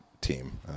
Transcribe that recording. team